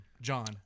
John